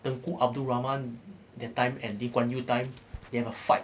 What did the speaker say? tunku abdul rahman that time and lee kuan yew time they have a fight